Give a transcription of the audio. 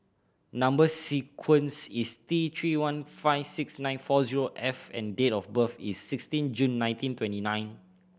number sequence is T Three one five six nine four zero F and date of birth is sixteen June nineteen twenty nine